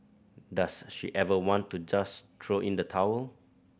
does she ever want to just throw in the towel